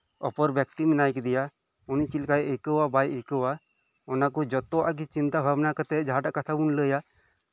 ᱚᱯᱚᱨ ᱵᱮᱠᱛᱤ ᱢᱮᱱᱟᱜ ᱟᱠᱟᱫᱮᱭᱟ ᱩᱱᱤ ᱪᱮᱫ ᱞᱮᱠᱟᱭ ᱟᱹᱭᱠᱟᱹᱣᱟ ᱵᱟᱭ ᱟᱹᱭᱠᱟᱹᱣᱟ ᱚᱱᱟ ᱡᱷᱚᱛᱚᱣᱟᱜ ᱜᱮ ᱪᱤᱱᱛᱟ ᱵᱷᱟᱵᱷᱱᱟ ᱠᱟᱛᱮᱫ ᱡᱟᱦᱟᱱᱟᱜ ᱠᱟᱛᱷᱟ ᱵᱚᱱ ᱞᱟᱹᱭᱟ